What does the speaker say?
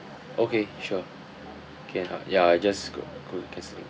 okay sure can uh ya I just go go cancel it